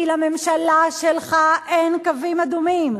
כי לממשלה שלך אין קווים אדומים.